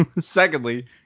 Secondly